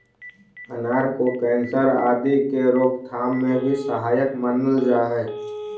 अनार को कैंसर आदि के रोकथाम में भी सहायक मानल जा हई